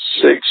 six